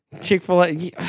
Chick-fil-A